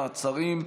מעצרים)